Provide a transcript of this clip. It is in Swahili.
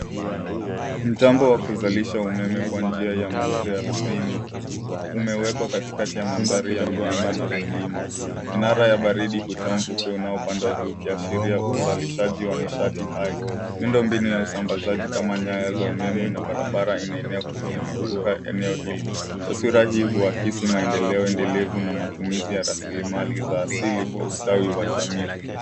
Mtambo wa kuzalisha umeme kwa njia ya mvuke ardhini umewekwa katikati ya mandhari ya milima na vilima. Minara ya baridi hutoa mvuke unaopanda juu ukiashiria uzalishaji na nishati hai. Miundo mbinu na usambazaji kama nyaya za umeme na barabara imeenea kuzunguka eneo hili. Taswira hii huakisi maendeleo endelevu na matumizi ya rasilimali za asili kwa ustawi wa jamii.